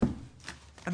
שזה חוק מאוד רחב,